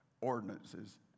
ordinances